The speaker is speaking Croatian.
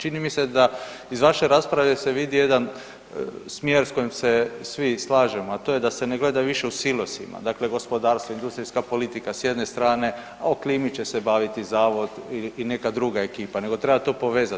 Čini mi se da iz vaše rasprave se vidi jedan smjer s kojim se svi slažemo, a to je da se ne gleda više u silosima, dakle gospodarstvo, industrijska politika s jedne strane, a o klimi će se baviti zavod i neka druga ekipa, nego treba to povezat.